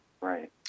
Right